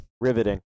Riveting